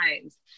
times